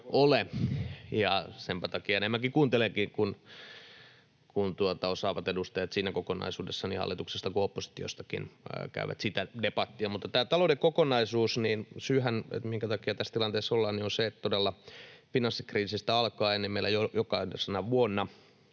ja senpä takia enemmänkin kuuntelenkin, kun osaavat edustajat siinä kokonaisuudessa niin hallituksesta kuin oppositiostakin käyvät sitä debattia. Tässä talouden kokonaisuudessahan syy, minkä takia tässä tilanteessa ollaan, on se, että todella finanssikriisistä alkaen meillä jokaisena vuonna